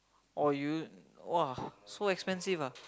or you !wah! so expensive ah